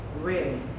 ready